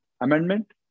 amendment